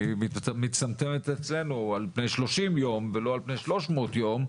היא מצטמצמת אצלנו על פני 30 יום ולא על פני 300 יום,